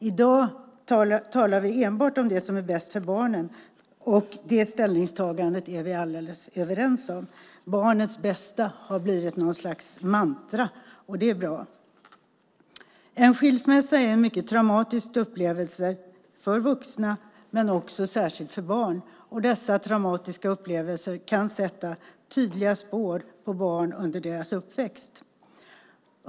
I dag talar vi enbart om det som är bäst för barnen. Det ställningstagandet är vi alldeles överens om. Barnets bästa har blivit något slags mantra, och det är bra. En skilsmässa är en mycket traumatisk upplevelse för vuxna men också, och särskilt, för barn. Dessa traumatiska upplevelser kan sätta tydliga spår på barn under deras uppväxt.